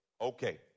Okay